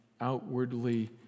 outwardly